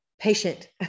patient